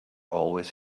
always